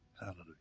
Hallelujah